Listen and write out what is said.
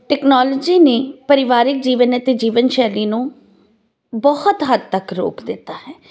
technology ਨੇ ਪਰਿਵਾਰਿਕ ਜੀਵਨ ਅਤੇ ਜੀਵਨ ਸ਼ੈਲੀ ਨੂੰ ਬਹੁਤ ਹੱਦ ਤੱਕ ਰੋਕ ਦਿੱਤਾ ਹੈ